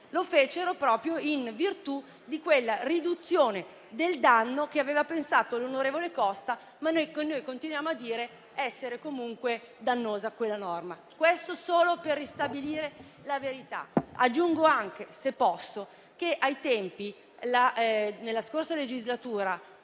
lo fecero proprio in virtù di quella riduzione del danno che aveva pensato l'onorevole Costa, sebbene noi continuiamo a dire che tale norma fosse comunque dannosa. Questo solo per ristabilire la verità. Aggiungo anche, se posso, che nella passata legislatura